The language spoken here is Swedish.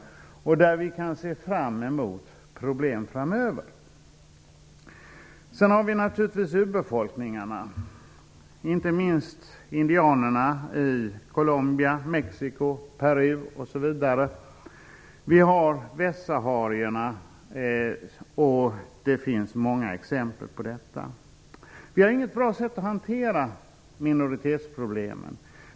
Där kan vi se problem framöver. Sedan har vi naturligtvis urbefolkningarna. Det gäller inte minst indianerna i Colombia, Mexico, Peru, osv. Vi har västsaharierna, och det finns också många andra exempel på detta. Vi har inget bra sätt att hantera minoritetsproblemen.